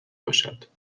باشد